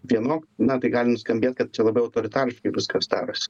vienok na tai gali nuskambėt kad čia labiau autoritariški viskas darosi